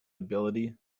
ability